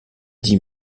dix